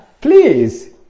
please